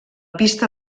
pista